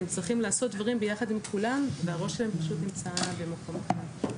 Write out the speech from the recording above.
הם צריכים לעשות דברים ביחד עם כולם והראש שלהם פשוט נמצא במקום אחר.